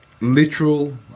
literal